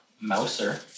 Mouser